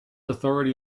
authority